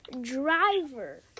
driver